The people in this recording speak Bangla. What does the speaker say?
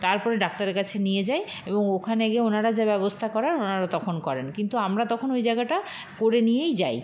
তার পরে ডাক্তারের কাছে নিয়ে যাই এবং ওখানে গিয়ে ওনারা যা ব্যবস্থা করার ওনারা তখন করেন কিন্তু আমরা তখন ওই জায়গাটা করে নিয়েই যাই